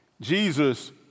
Jesus